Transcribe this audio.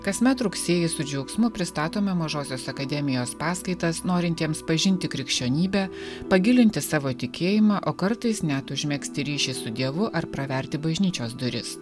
kasmet rugsėjį su džiaugsmu pristatome mažosios akademijos paskaitas norintiems pažinti krikščionybę pagilinti savo tikėjimą o kartais net užmegzti ryšį su dievu ar praverti bažnyčios duris